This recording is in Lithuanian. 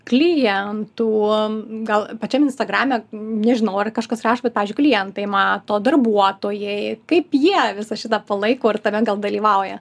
klientų o gal pačiam instagrame nežinau ar kažkas rašo kad pavyzdžiui klientai mato darbuotojai kaip jie visą šitą palaiko ir tame gal dalyvauja